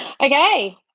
Okay